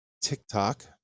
TikTok